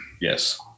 Yes